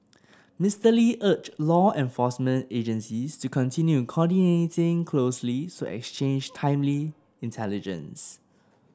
Mister Lee urged law enforcement agencies to continue coordinating closely so exchange timely intelligence